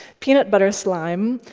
peanut butter slime,